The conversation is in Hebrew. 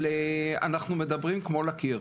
אנחנו מדברים כמו לקיר,